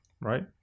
right